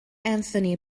anthony